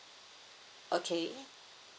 okay